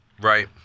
Right